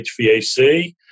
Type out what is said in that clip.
HVAC